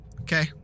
Okay